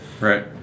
right